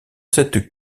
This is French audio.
cette